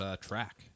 track